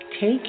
Take